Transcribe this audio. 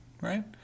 Right